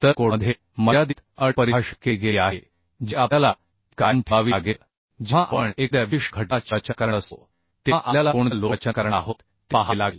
तर कोडमध्ये मर्यादित अट परिभाषित केली गेली आहे जी आपल्याला ती कायम ठेवावी लागेल जेव्हा आपण एखाद्या विशिष्ट घटकां ची रचना करणार असतो तेव्हा आपल्याला कोणत्या लोड रचना करणार आहोत ते पाहावे लागेल